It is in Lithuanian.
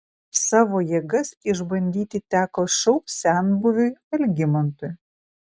savo jėgas išbandyti teko šou senbuviui algimantui